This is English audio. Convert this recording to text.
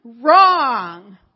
wrong